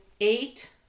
eight